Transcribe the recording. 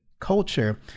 culture